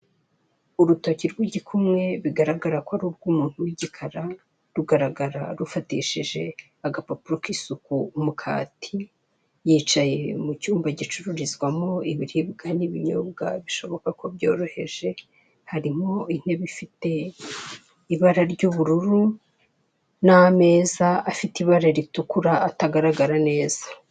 Urutoki rw'igikumwe bigaragara ko ari urw'umuntu w'igikara, rugaragara rufatishije agapapuro k'isuku umukati, yicaye mu cyumba gicururizwamo ibiribwa n'ibinyobwa bishoboka ko byoroheje, harimo intebe ifite ibara ry'ubururu n'ameza afite ibara ritukura atagaragara neza.